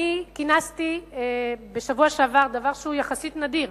כינסתי בשבוע שעבר, דבר שהוא יחסית נדיר,